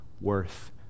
worth